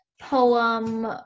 poem